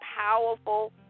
powerful